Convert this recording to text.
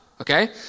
Okay